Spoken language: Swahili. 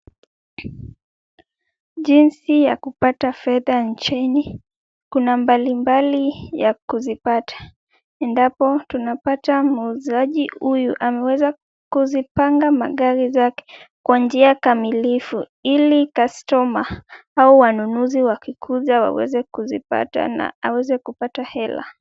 Jinsi ya kupata fedha nchini. Kuna mbalimbali ya kuzipata endapo tunapata muuzaji huyu ameweza kuzipanga magari zake kwa njia kamilifu, ili customer au wanunuzi wakikuja waweze kuzipata na aweze kupata hela.